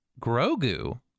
Grogu